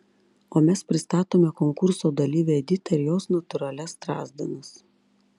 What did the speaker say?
o mes pristatome konkurso dalyvę editą ir jos natūralias strazdanas